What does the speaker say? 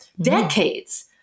decades